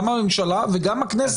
גם הממשלה וגם הכנסת,